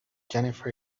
jennifer